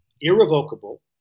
irrevocable